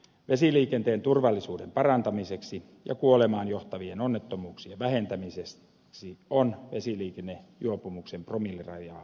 vesiliikenteen turvallisuuden parantamiseksi ja kuolemaan johtavien onnettomuuksien vähentämiseksi on vesiliikennejuopumuksen promillerajaa alennettava